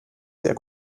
sehr